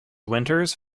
winters